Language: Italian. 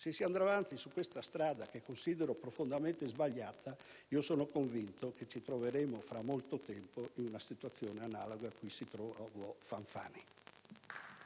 Se si andrà avanti su questa strada, che considero profondamente sbagliata, sono convinto che ci troveremo tra molto tempo in una situazione analoga a quella in cui si trovò Fanfani.